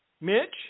Mitch